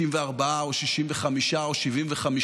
64 או 65 או 75,